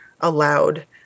allowed